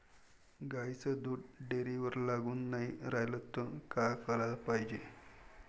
गाईचं दूध डेअरीवर लागून नाई रायलं त का कराच पायजे?